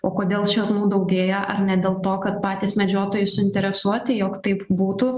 o kodėl šernų daugėja ar ne dėl to kad patys medžiotojai suinteresuoti jog taip būtų